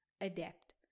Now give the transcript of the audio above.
adapt